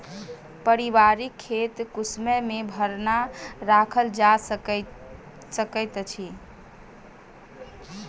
पारिवारिक खेत कुसमय मे भरना राखल जा सकैत अछि